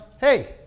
Hey